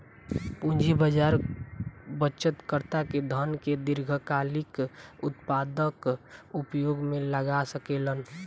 पूंजी बाजार बचतकर्ता के धन के दीर्घकालिक उत्पादक उपयोग में लगा सकेलन